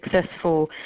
successful